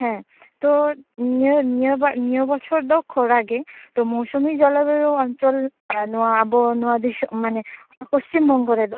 ᱦᱮᱸ ᱛᱚ ᱱᱤᱭᱟ ᱱᱤᱭᱟ ᱵᱟ ᱱᱤᱭᱟ ᱵᱚᱪᱷᱚᱨ ᱫᱚ ᱠᱷᱚᱨᱟ ᱜᱮ ᱛᱚ ᱢᱚᱣᱥᱚᱢᱤ ᱡᱚᱞᱚᱵᱟᱭᱩ ᱚᱱᱪᱚᱞ ᱱᱚᱣᱟ ᱟᱵᱚ ᱱᱚᱣᱟ ᱫᱤᱥᱚᱢ ᱢᱟᱱᱮ ᱯᱚᱪᱷᱤᱢ ᱵᱚᱝᱜᱚ ᱨᱮᱫᱚ